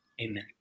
Amen